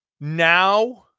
now –